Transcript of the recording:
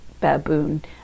baboon